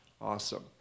Awesome